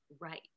right